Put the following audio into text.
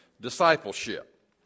discipleship